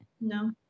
No